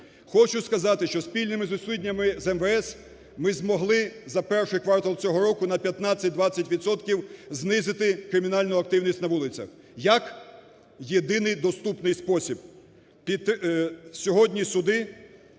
Хочу сказати, що спільними зусиллями з МВС ми змогли за перший квартал цього року на 15-20 відсотків знизити кримінальну активність на вулицях. Як? Єдиний доступний спосіб сьогодні – суди.